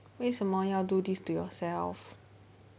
为什么要 do this to yourself